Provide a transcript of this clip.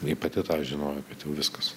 ji pati tą žinojo kad jau viskas